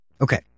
Okay